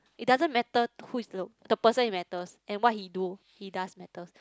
it doesn't matter who is the person it matters and what he do he does matters